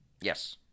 Yes